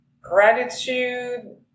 gratitude